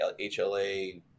HLA